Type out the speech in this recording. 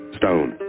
stone